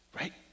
right